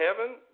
heaven